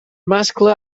mascle